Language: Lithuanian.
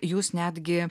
jūs netgi